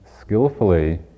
skillfully